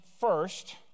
first